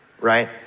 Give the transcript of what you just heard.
right